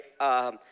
right